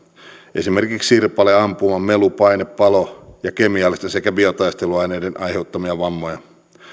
esimerkiksi sirpale ampuma melu paine palo ja kemiallisten sekä biotaisteluaineiden aiheuttamia vammoja